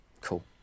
Cool